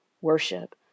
worship